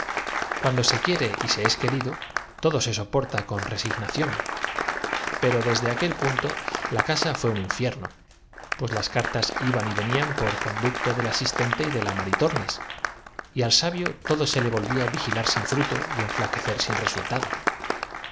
lo se quiere y se es querido todo se soporta con re ocurrido hágame usté el favor de mirarse las arru signación pero desde aquel punto la casa fué un gas delante de ese espejo cree usté que á mi señori infierno pues las cartas iban y venían por conduc ta le ha de gustar casarse con un fuelle to del asistente y de la maritornes y al sabio todo deslenguada gritó don sindulfo ciego de cóle se le volvía vigilar sin fruto y enflaquecer sin